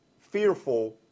fearful